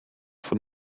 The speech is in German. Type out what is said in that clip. von